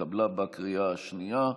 התקבלה בקריאה השנייה.